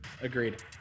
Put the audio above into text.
agreed